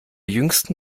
jüngsten